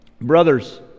Brothers